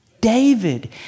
David